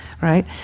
right